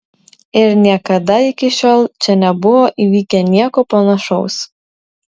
ir niekada iki šiol čia nebuvo įvykę nieko panašaus